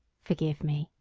forgive me,